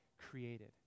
created